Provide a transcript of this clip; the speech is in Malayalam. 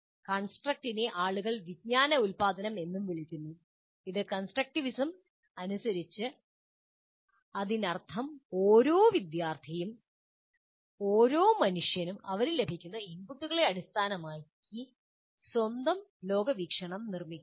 കൺസ്ട്രക്റ്റിനെ ചില ആളുകൾ കൺസ്ട്രക്റ്റിവിസം അനുസരിച്ച് വിജ്ഞാന ഉൽപാദനം എന്നും വിളിക്കുന്നു അതിനർത്ഥം ഓരോ വ്യക്തിയും ഓരോ മനുഷ്യനും അവന് ലഭിക്കുന്ന ഇൻപുട്ടുകൾ അടിസ്ഥാനമാക്കി സ്വന്തം ലോകവീക്ഷണം നിർമ്മിക്കുന്നു